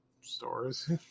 Stores